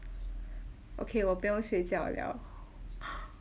okay 哦不用睡觉了